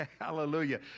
Hallelujah